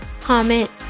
comment